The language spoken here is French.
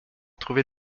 trouver